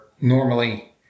normally